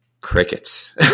Crickets